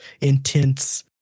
intense